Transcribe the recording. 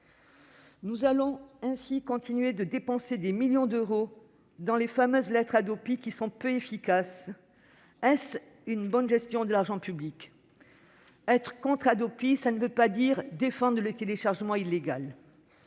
nous allons continuer de dépenser des millions d'euros pour les fameuses « lettres Hadopi », qui sont peu efficaces. Est-ce vraiment une bonne gestion de l'argent public ? Être contre la Hadopi, cela ne veut pas dire défendre le téléchargement illégal